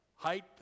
Height